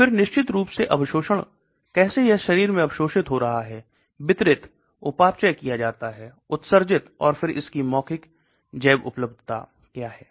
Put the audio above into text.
फिर निश्चित रूप से अवशोषण कैसे यह शरीर में अवशोषित हो रहा है वितरित उपापचय किया जाता है उत्सर्जित और फिर इसकी मौखिक जैवउपलब्धता क्या है